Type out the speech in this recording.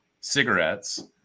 cigarettes